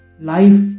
Life